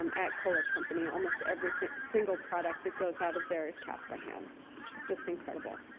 um at kohler company, almost every single product that goes out of there is cast by hand. which is just incredible.